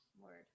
Word